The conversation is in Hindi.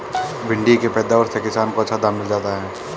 भिण्डी के पैदावार से किसान को अच्छा दाम मिल जाता है